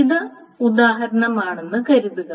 ഇത് ഉദാഹരണമാണെന്ന് കരുതുക